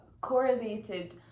correlated